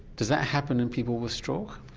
does that happen in people with stroke?